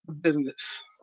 Business